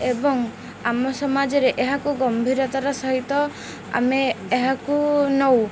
ଏବଂ ଆମ ସମାଜରେ ଏହାକୁ ଗମ୍ଭୀରତାର ସହିତ ଆମେ ଏହାକୁ ନଉ